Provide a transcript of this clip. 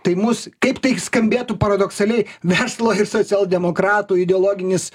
tai mus kaip tai skambėtų paradoksaliai verslo ir socialdemokratų ideologinis